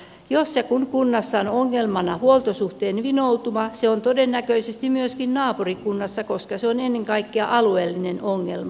jos ja kun kunnassa on ongelmana huoltosuhteen vinoutuma se on todennäköisesti myöskin naapurikunnassa koska se on ennen kaikkea alueellinen ongelma